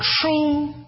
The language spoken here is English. true